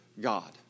God